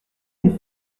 une